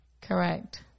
Correct